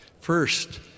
First